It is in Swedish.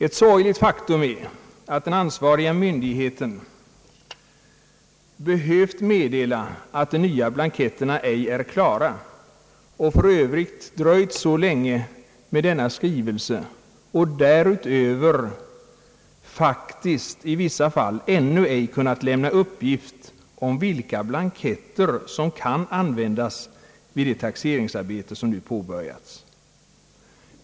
Ett sorgligt faktum är att den ansvariga myndigheten behövt meddela, att de nya blanketterna ej är klara och för övrigt dröjt så länge med denna skrivelse och därutöver faktiskt i vissa fall ännu ej kunnat lämna uppgift om vilka blanketter, som kan användas vid det taxeringsarbete som nu påbörjats.